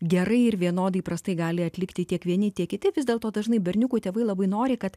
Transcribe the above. gerai ir vienodai prastai gali atlikti tiek vieni tiek kiti vis dėl to dažnai berniukų tėvai labai nori kad